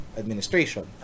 administration